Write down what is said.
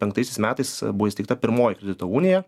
penktaisiais metais buvo įsteigta pirmoji kredito unija